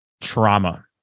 trauma